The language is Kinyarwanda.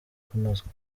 kunozwa